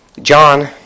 John